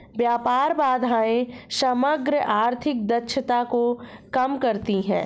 व्यापार बाधाएं समग्र आर्थिक दक्षता को कम करती हैं